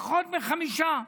פחות מחמישה.